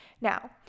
Now